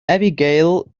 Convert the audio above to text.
abigail